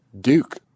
Duke